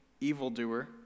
evildoer